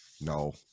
No